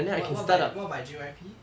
what what what by J_Y_P